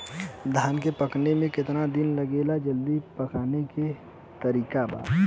धान के पकने में केतना दिन लागेला जल्दी पकाने के तरीका बा?